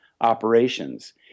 operations